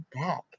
back